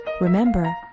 Remember